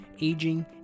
aging